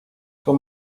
too